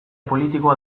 politikoa